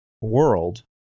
world